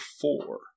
four